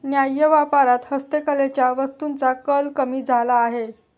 न्याय्य व्यापारात हस्तकलेच्या वस्तूंचा कल कमी झाला आहे